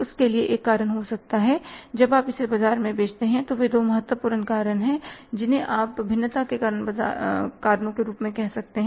उसके लिए एक कारण हो सकता है जब आप इसे बाजार में बेचते हैं वे दो महत्वपूर्ण कारण हैं जिन्हें आप इसे भिन्नता के कारणों के रूप में कह सकते हैं